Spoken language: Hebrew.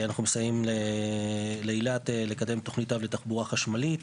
אנחנו מסייעים לאילת לקדם תוכנית אב לתחבורה חשמלית,